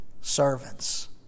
servants